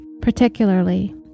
particularly